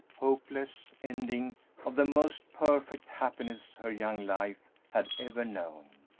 hopeless ending of the most perfect happiness her young life had ever known.